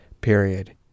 period